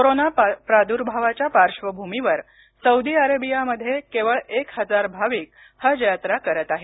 corona प्रादुर्भावाच्या पार्श्वभूमीवर Saudi अरेबियामध्ये केवळ एक हजार भाविक हज यात्रा करत आहेत